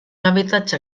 habitatge